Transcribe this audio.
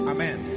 Amen